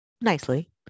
nicely